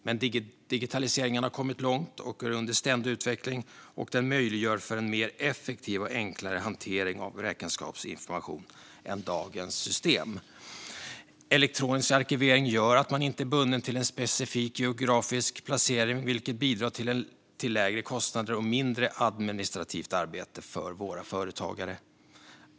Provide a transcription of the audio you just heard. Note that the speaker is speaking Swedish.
Men digitaliseringen har kommit långt och är under ständig utveckling, och den möjliggör för en mer effektiv och enklare hantering av räkenskapsinformation än dagens system. Elektronisk arkivering gör att man inte är bunden till en specifik geografisk placering, vilket bidrar till lägre kostnader och mindre administrativt arbete för våra företagare.